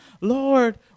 Lord